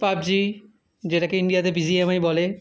PUBG যেটাকে ইন্ডিয়াতে BGMI বলে